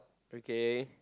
okay